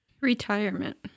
Retirement